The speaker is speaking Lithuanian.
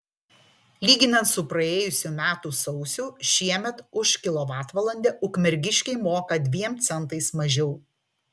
lyginant su praėjusių metų sausiu šiemet už kilovatvalandę ukmergiškiai moka dviem centais mažiau